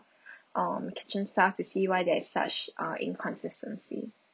um kitchen staff to see why there is such uh inconsistency